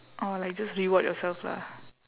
oh like just reward yourself lah